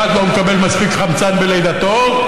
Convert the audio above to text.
אחד לא מקבל מספיק חמצן בלידתו,